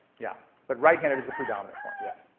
yeah. but right-handed is the predominant form, yes.